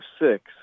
six